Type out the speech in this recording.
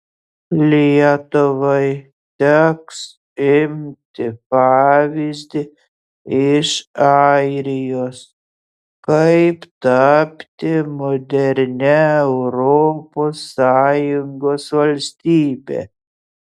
lietuvai teks imti pavyzdį iš airijos kaip tapti modernia europos sąjungos valstybe